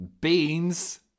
beans